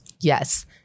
Yes